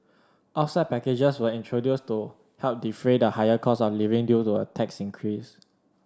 offset packages were introduced to help defray the higher costs of living due to a tax increase